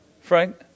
Frank